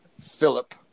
Philip